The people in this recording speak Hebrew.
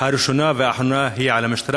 הראשונה והאחרונה היא על המשטרה,